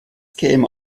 käme